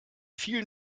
vielen